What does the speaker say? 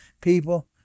people